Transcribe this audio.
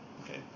okay